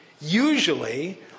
usually